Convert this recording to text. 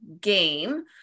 game